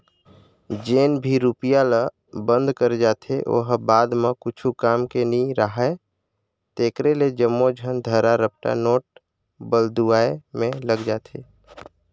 जेन भी रूपिया ल बंद करे जाथे ओ ह बाद म कुछु काम के नी राहय तेकरे ले जम्मो झन धरा रपटा नोट बलदुवाए में लग जाथे